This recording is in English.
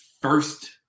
first